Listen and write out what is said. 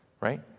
right